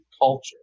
culture